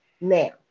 Now